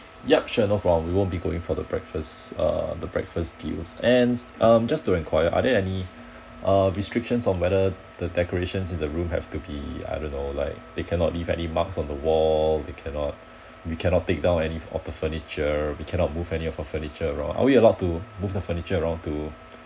yup sure no problem we won't be going for the breakfast uh the breakfast deals and um just to enquire are there any uh restrictions on whether the decorations in the room have to be I don't know like they cannot leave any marks on the wall they cannot we cannot take down any of the furniture we cannot move any of the furniture around are we allowed to move the furniture around to